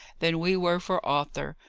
than we were for arthur,